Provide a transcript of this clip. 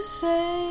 say